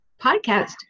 podcast